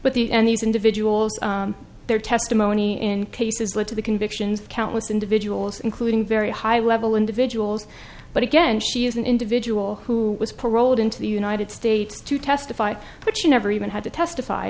and these individuals their testimony in cases led to the convictions countless individuals including very high level individuals but again she is an individual who was paroled into the united states to testify but she never even had to testify